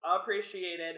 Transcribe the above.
appreciated